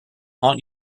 haunt